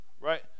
right